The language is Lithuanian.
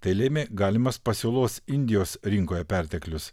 tai lėmė galimas pasiūlos indijos rinkoje perteklius